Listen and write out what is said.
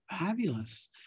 Fabulous